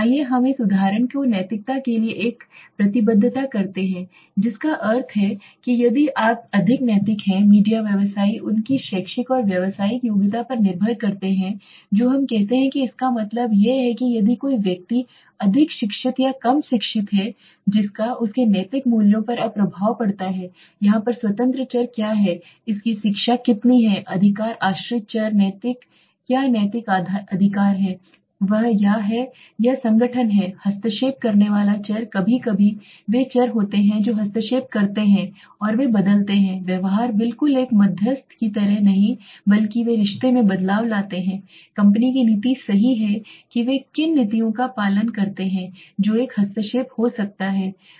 आइए हम इस उदाहरण को नैतिकता के लिए एक प्रतिबद्धता करते हैं जिसका अर्थ है कि यदि आप अधिक नैतिक हैं मीडिया व्यवसायी उनकी शैक्षिक और व्यावसायिक योग्यता पर निर्भर करते हैं जो हम कहते हैं इसका मतलब यह है कि यदि कोई व्यक्ति अधिक शिक्षित या कम शिक्षित है जिसका उसके नैतिक मूल्यों पर अब प्रभाव पड़ता है यहाँ पर स्वतंत्र चर क्या है इसकी शिक्षा कितनी है अधिकार आश्रित चर नैतिक क्या नैतिक अधिकार है वह या वह है या संगठन है हस्तक्षेप करने वाला चर कभी कभी वे चर होते हैं जो हस्तक्षेप करते हैं और वे बदलते हैं व्यवहार बिल्कुल एक मध्यस्थ की तरह नहीं बल्कि वे रिश्ते में बदलाव लाते हैं कंपनी की नीति सही है कि वे किन नीतियों का पालन करते हैं जो एक हस्तक्षेप हो सकता है चर